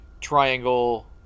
triangle